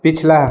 पिछला